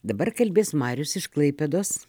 dabar kalbės marius iš klaipėdos